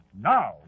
Now